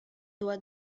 doit